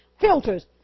filters